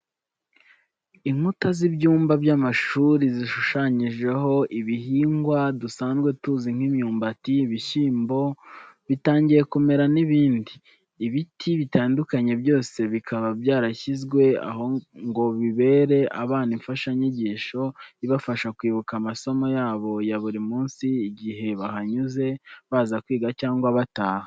Inkuta z'ibyumba by'amashuri zishushanyijeho ibihingwa dusanzwe tuzi nk'imyumbati, ibishyimbo bitangiye kumera n'ibindi. Ibiti bitandukanye byose bikaba byarashyizwe aha ngo bibere abana imfashanyigisho ibafasha kwibuka amasomo yabo ya buri munsi igihe bahanyuze baza kwiga cyangwa bataha.